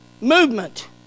movement